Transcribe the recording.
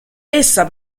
essa